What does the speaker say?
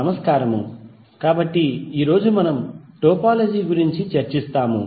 నమస్కారము కాబట్టి ఈ రోజు మనం టోపోలజీ గురించి చర్చిస్తాము